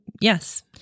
yes